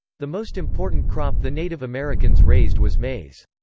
the most important crop the native americans raised was maize.